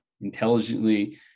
intelligently